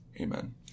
Amen